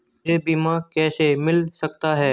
मुझे बीमा कैसे मिल सकता है?